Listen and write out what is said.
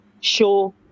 show